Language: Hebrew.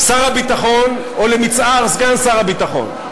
שר הביטחון, או למצער סגן שר הביטחון.